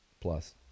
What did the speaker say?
plus